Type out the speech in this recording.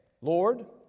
Lord